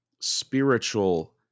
spiritual